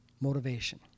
motivation